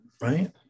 right